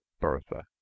Bertha